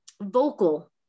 vocal